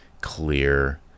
clear